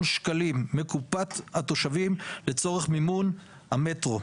שקלים מקופת התושבים לצורך מימון המטרו.